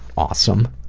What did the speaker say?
awesome.